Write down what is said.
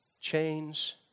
chains